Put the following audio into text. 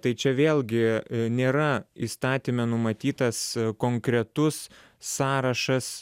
tai čia vėlgi nėra įstatyme numatytas konkretus sąrašas